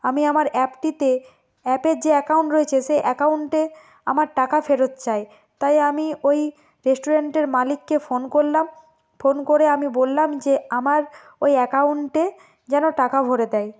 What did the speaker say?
আমি আমার অ্যাপটিতে অ্যাপের যে অ্যাকাউন্ট রয়েছে সেই অ্যাকাউন্টে আমার টাকা ফেরত চাই তাই আমি ওই রেস্টুরেন্টের মালিককে ফোন করলাম ফোন করে আমি বললাম যে আমার ওই অ্যাকাউন্টে যেন টাকা ভোরে দেয়